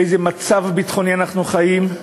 באיזה מצב ביטחוני אנחנו חיים.